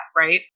right